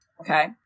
Okay